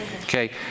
Okay